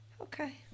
okay